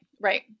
right